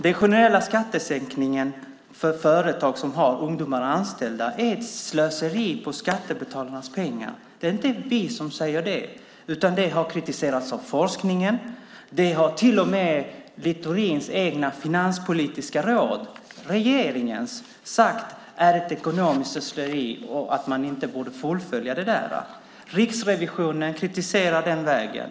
Den generella skattesänkningen för företag som har ungdomar anställda är ett slöseri med skattebetalarnas pengar. Det är inte vi som säger det, utan det har kritiserats av forskningen. Till och med Littorins och regeringens eget finanspolitiska råd har sagt att den är ett ekonomiskt slöseri och att den inte borde fullföljas. Riksrevisionen kritiserar den vägen.